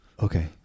Okay